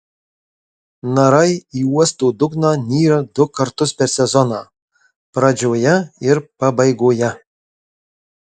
narai į uosto dugną nyra du kartus per sezoną pradžioje ir pabaigoje